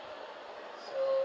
so